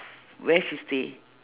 where she stay